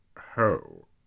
ho